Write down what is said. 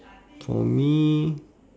for me